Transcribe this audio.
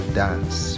dance